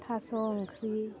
थास' ओंख्रि